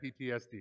PTSD